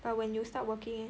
but when you start working leh